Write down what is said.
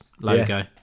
logo